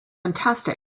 fantastic